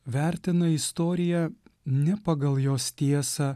vertina istoriją ne pagal jos tiesą